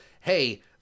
Hey